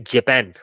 Japan